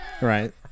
Right